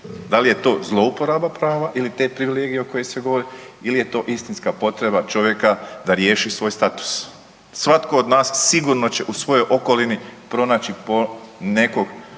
da li je to zlouporaba prava ili te privilegije o kojoj se govori ili je to istinska potreba čovjeka da riješi svoj status. Svatko od nas sigurno će u svojoj okolini pronaći po nekog